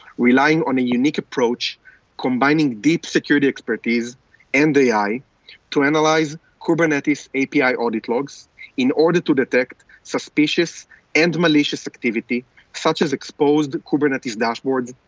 relying on a unique approach combining deep security expertise and ai to analyze kubernetes api audit logs in order to detect suspicious and malicious activity such as exposed kubernetes dashboards,